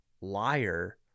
liar –